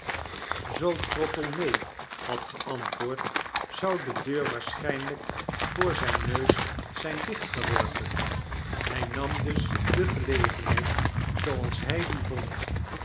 zoo trottle neen had geantwoord zou de deur waarschijnlijk voor zijn neus zijn dichtfeworpen hij nam dus de gelegenheid zooals ij die vond